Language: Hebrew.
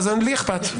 לי אכפת,